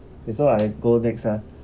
that's so I go next ah